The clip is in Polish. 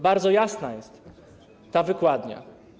Bardzo jasna jest ta wykładnia.